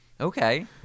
okay